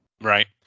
right